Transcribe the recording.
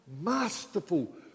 masterful